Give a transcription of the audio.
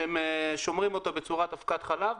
ששומרים אותו בצורת אבקת חלב,